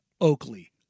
Oakley